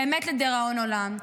באמת, לדיראון עולם.